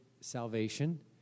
salvation